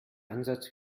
ansatz